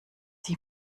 die